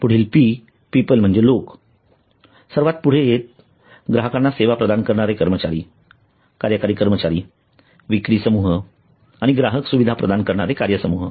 पुढील P people म्हणजे लोक सर्वात पुढे येत ग्राहकांना सेवा प्रदान करणारे कर्मचारी कार्यकारी कर्मचारी विक्री समूह आणि ग्राहक सुविधा प्रदान करणारे कार्य समूह